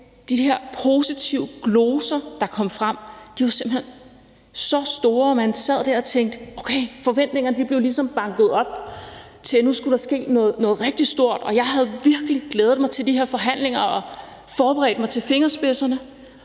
De her positive gloser, der kom frem, var simpelt hen så store, at man sad der og forventningerne ligesom blev banket op til, at der nu skulle ske noget rigtig stort, og jeg havde virkelig glædet mig til de her forhandlinger og forberedt mig til fingerspidserne.